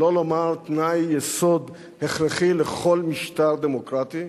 שלא לומר תנאי יסוד הכרחי לכל משטר דמוקרטי.